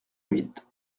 huit